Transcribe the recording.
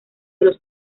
los